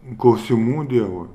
klausimų dievui